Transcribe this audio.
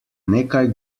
nekaj